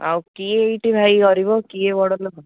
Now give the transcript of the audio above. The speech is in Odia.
ଆଉ କିଏ ଏଇଠି ଭାଇ ଗରିବ କିଏ ବଡ଼ ଲୋକ